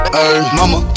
Mama